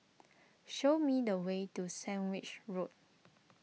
show me the way to Sandwich Road